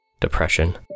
depression